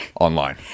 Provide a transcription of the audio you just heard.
Online